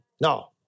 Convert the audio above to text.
No